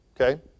Okay